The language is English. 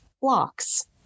blocks